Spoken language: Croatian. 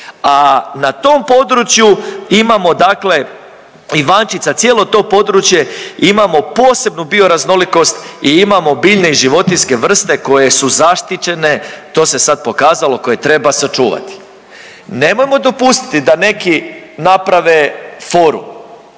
a na tom području imamo dakle, Ivančica, cijelo to područje imam o posebnu bioraznolikost i imamo biljne i životinjske vrste koje su zaštićene, to se sad pokazalo, koje treba sačuvati. Nemojmo dopustiti da neki naprave foru,